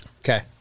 Okay